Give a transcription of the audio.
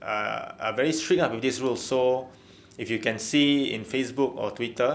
are are very strict with these rules so if you can see in facebook or twitter